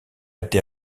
été